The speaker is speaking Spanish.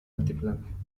altiplano